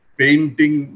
painting